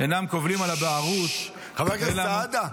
אינם קובלים על הבערות ------ חבר הכנסת סעדה,